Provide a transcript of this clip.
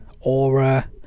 aura